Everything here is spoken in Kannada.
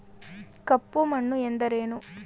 ಕಪ್ಪು ಮಣ್ಣು ಎಂದರೇನು?